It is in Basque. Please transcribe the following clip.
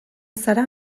zara